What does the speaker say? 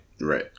right